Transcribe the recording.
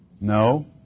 No